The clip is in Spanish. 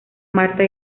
marta